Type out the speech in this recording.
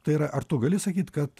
tai yra ar tu gali sakyt kad